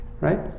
right